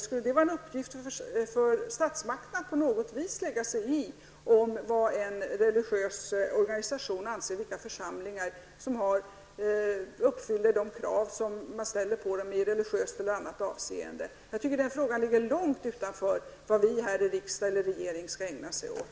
Skulle det vara en uppgift för statsmakterna att på något vis lägga sig i detta med vad en religiös organisation anser i frågan om vilka församlingar som uppfyller de krav som ställs på dem i religiöst eller annat avseende. Jag tycker att den frågan ligger långt utanför vad riksdagen och regeringen skall ägna sig åt.